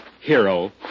hero